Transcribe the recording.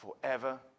forever